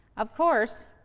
of course,